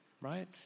right